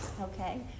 okay